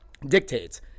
dictates